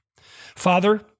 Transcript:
Father